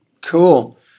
Cool